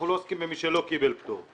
אנחנו לא עוסקים במי שלא קיבל פטור,